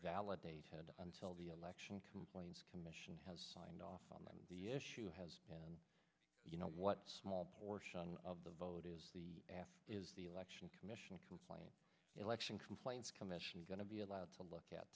validated until the election complaints commission have signed off on the issue has you know what small portion of the vote is the after is election commission complaint election complaints commission going to be allowed to look at